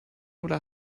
oder